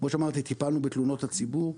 כמו שאמרתי, טיפלנו בתלונות הציבור.